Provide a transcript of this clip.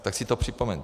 Tak si to připomeňte.